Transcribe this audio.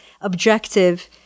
objective